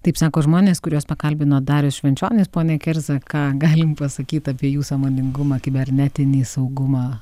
taip sako žmonės kuriuos pakalbino darius švenčionis pone kerza ką galim pasakyt apie jų sąmoningumą kibernetinį saugumą